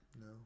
No